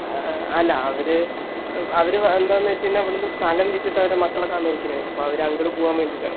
അല്ല അവർ അവർ എന്താണെന്നു വച്ചു കഴിഞ്ഞാൽ അവിടെനിന്ന് സ്ഥലം വിറ്റിട്ട് അവരുടെ മക്കളൊക്കെ അമേരിക്കയിലാണ് അപ്പോൾ അവർ അങ്ങോട്ട് പോവാൻ വേണ്ടിയിട്ട് ആണ്